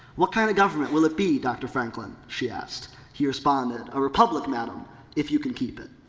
what kind of government will it be, dr. franklin, she asked. he responded, a republic, madam if you can keep it.